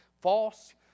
false